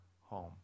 home